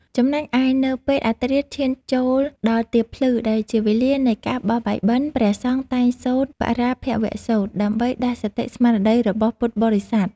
ចំណែកឯនៅពេលអធ្រាត្រឈានចូលដល់ទៀបភ្លឺ ដែលជាវេលានៃការបោះបាយបិណ្ឌ ព្រះសង្ឃតែងសូត្រ បរាភវសូត្រ ដើម្បីដាស់សតិស្មារតីរបស់ពុទ្ធបរិស័ទ។